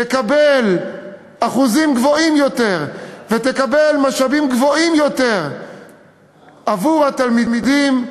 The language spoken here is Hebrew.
תקבל אחוזים גבוהים יותר ותקבל משאבים גבוהים יותר עבור התלמידים,